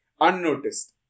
unnoticed